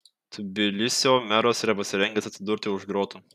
tbilisio meras yra pasirengęs atsidurti už grotų